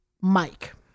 Mike